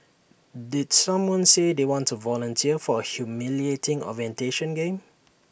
did someone say they want A volunteer for A humiliating orientation game